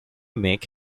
mick